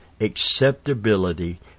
acceptability